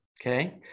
okay